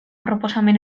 proposamen